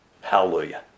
Hallelujah